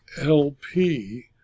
LP